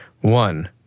one